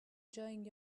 enjoying